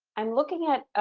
i'm looking at